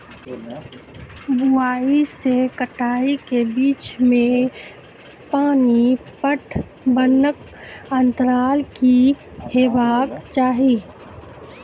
बुआई से कटाई के बीच मे पानि पटबनक अन्तराल की हेबाक चाही?